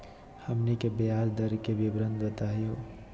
हमनी के ब्याज दर के विवरण बताही हो?